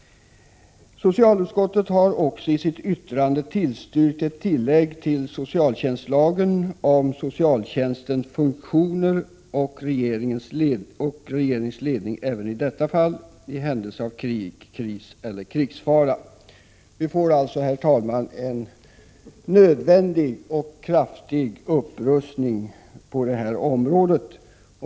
Socialutskottet har i sitt yttrande tillstyrkt ett tillägg till socialtjänstlagen om socialtjänstens funktioner och regeringens ledning — även i detta fall i händelse av krig, kris eller krigsfara. Herr talman! Vi får således en kraftig och nödvändig upprustning på det här området.